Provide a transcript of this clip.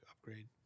upgrade